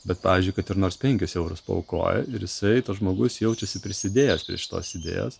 bet pavyzdžiui kad ir nors penkis eurus paaukoja ir jisai žmogus jaučiasi prisidėjęs prie šitos idėjos